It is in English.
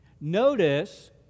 Notice